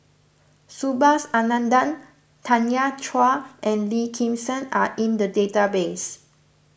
Subhas Anandan Tanya Chua and Lim Kim San are in the database